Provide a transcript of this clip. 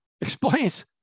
explains